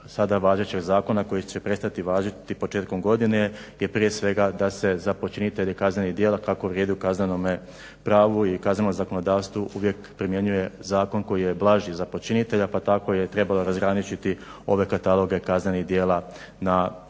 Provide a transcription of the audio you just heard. sada važećeg zakona koji će prestati važiti početkom godine je prije svega da se za počinitelje kaznenih djela kako vrijedi u kaznenome pravu i kaznenom zakonodavstvu uvijek primjenjuje zakon koji je blaži za počinitelja pa tako je trebalo razgraničiti ove kataloge kaznenih djela na dva